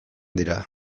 dira